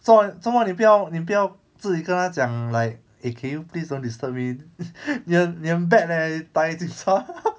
做么做么你不要你不要自己跟她讲 like eh can you please don't disturb me 你很你很 bad leh 打给警察